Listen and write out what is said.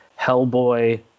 Hellboy